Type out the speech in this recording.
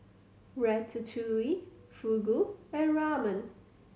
Ratatouille Fugu and Ramen